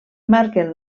marquen